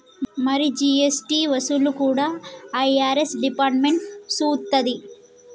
మరి జీ.ఎస్.టి వసూళ్లు కూడా ఐ.ఆర్.ఎస్ డిపార్ట్మెంట్ సూత్తది